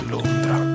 Londra